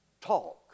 talk